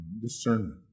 discernment